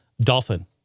Dolphin